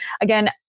again